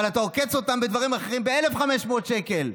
אבל אתה עוקץ אותם בדברים אחרים ב-1,500 שקל.